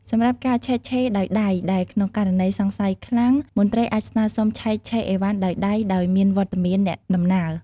សម្រាប់ការឆែកឆេរដោយដៃដែលក្នុងករណីសង្ស័យខ្លាំង មន្ត្រីអាចស្នើសុំឆែកឆេរឥវ៉ាន់ដោយដៃ ដោយមានវត្តមានអ្នកដំណើរ។